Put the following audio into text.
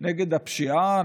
נגד הפשיעה,